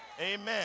Amen